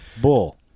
bull